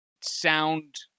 sound